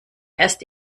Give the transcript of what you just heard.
erst